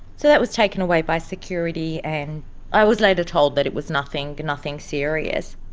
so that was taken away by security and i was later told that it was nothing nothing serious.